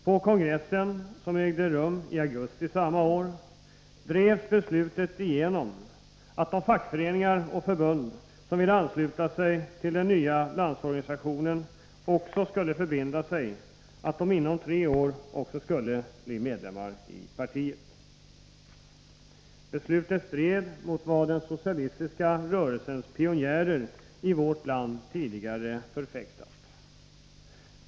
På kongressen, som ägde rum i augusti samma år, drevs beslutet igenom att de fackföreningar och förbund som ville ansluta sig till den nya landsorganisationen skulle förbinda sig att inom tre år också bli medlemmar i partiet. Beslutet stred mot vad den socialistiska rörelsens pionjärer i vårt land tidigare förfäktat.